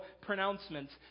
pronouncements